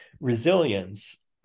Resilience